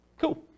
Cool